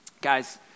guys